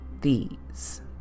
these